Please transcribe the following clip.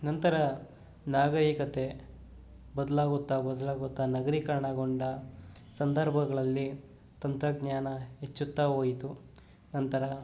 ನಂತರ ನಾಗರೀಕತೆ ಬದಲಾಗುತ್ತಾ ಬದಲಾಗುತ್ತಾ ನಗರೀಕರಣಗೊಂಡ ಸಂದರ್ಭಗಳಲ್ಲಿ ತಂತ್ರಜ್ಞಾನ ಹೆಚ್ಚುತ್ತಾ ಹೋಯಿತು ನಂತರ